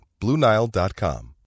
BlueNile.com